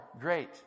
Great